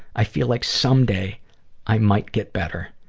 i feel like someday i might get better.